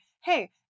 hey